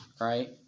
right